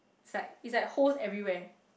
it's like it's like holes everywhere